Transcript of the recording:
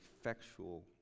effectual